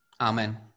Amen